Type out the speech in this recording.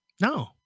No